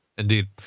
Indeed